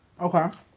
Okay